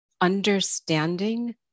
understanding